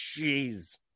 Jeez